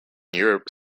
europe